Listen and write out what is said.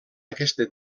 aquesta